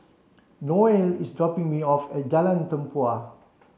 Noel is dropping me off at Jalan Tempua